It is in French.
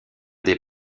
des